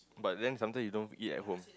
but then sometime you don't eat at home